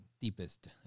deepest